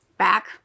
back